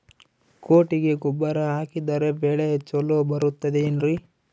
ಕೊಟ್ಟಿಗೆ ಗೊಬ್ಬರ ಹಾಕಿದರೆ ಬೆಳೆ ಚೊಲೊ ಬರುತ್ತದೆ ಏನ್ರಿ?